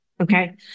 Okay